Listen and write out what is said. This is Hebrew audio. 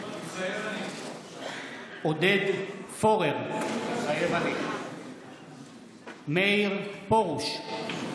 מתחייב אני עודד פורר, מתחייב אני מאיר פרוש,